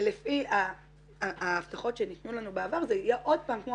לפי ההבטחות שניתנו לנו בעבר זה יהיה עוד פעם כמו